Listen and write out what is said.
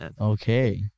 Okay